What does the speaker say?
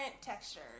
textures